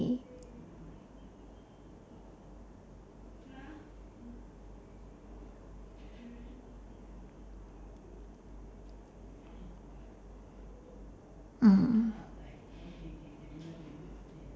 mm